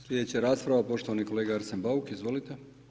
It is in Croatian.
Sljedeća rasprava, poštovani kolega Arsen Bauk, izvolite.